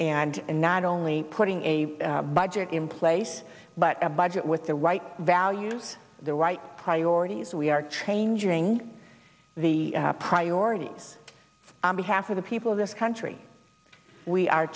and in not only putting a budget in place but a budget with the right values the right priorities and we are changing the priorities on behalf of the people of this country we are